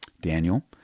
Daniel